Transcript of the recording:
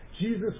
Jesus